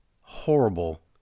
Horrible